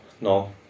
no